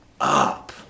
up